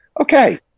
Okay